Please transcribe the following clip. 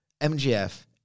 MGF